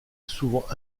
souvent